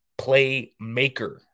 playmaker